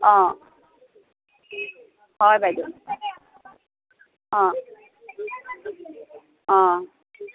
অ হয় বাইদেউ অ অ